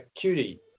cutie